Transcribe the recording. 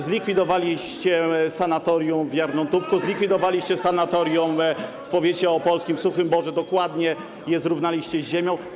Zlikwidowaliście Sanatorium w Jarnołtówku, zlikwidowaliście sanatorium w powiecie opolskim, w Suchym Borze, dokładnie je zrównaliście z ziemią.